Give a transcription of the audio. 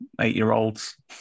eight-year-olds